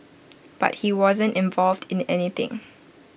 but he wasn't involved in anything